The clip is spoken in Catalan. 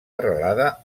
arrelada